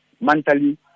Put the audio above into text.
mentally